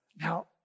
Now